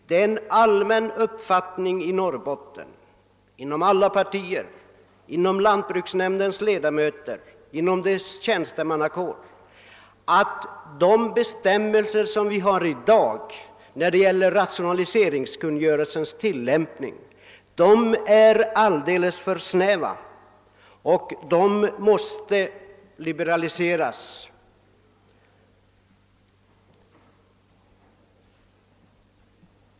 Det är en allmän uppfattning i Norrbotten — inom alla partier, bland lantbruksnämndens ledamöter och inom dess tjänstemannakår — att de nuvarande bestämmelserna beträffande rationaliseringskungörelsens tillämpning är alldeles för snäva och måste liberaliseras.